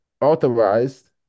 authorized